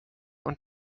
und